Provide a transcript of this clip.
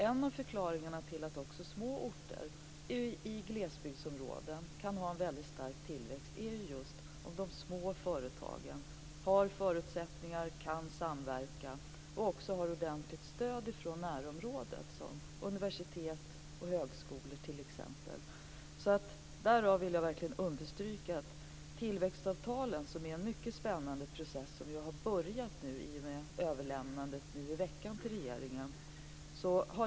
En av förklaringarna till att också små orter i glesbygdsområden kan ha en väldigt stark tillväxt är just att de små företagen har förutsättningar, kan samverka och också har ordentligt stöd från närområdet som t.ex. av universitet och högskolor. Jag vill verkligen understryka att tillväxtavtalen är en väldigt spännande process som nu har börjat i och med överlämnandet nu i veckan till regeringen.